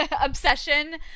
obsession